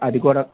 అది కూడా